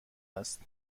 است